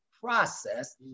process